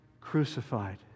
crucified